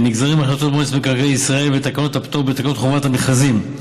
הנגזרים מהחלטות מועצת מקרקעי ישראל ותקנות הפטור בתקנות חובת המכרזים,